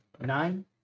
Nine